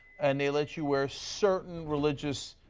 and they let you wear certain religious